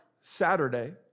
Saturday